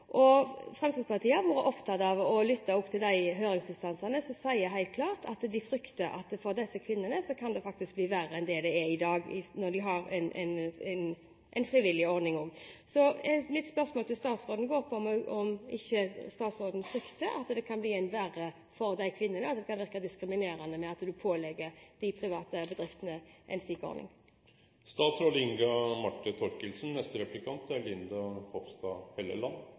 og Fremskrittspartiet har vært opptatt av å lytte til de høringsinstansene som helt klart sier at de frykter at det for disse kvinnene faktisk kan bli verre enn det er i dag med den frivillige ordningen. Mitt spørsmål til statsråden er: Frykter ikke statsråden at det kan bli verre for disse kvinnene, at det kan virke diskriminerende å pålegge de private bedriftene en